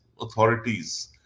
authorities